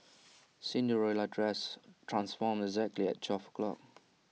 Cinderella's dress transformed exactly at twelve o' clock